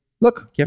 Look